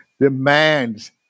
demands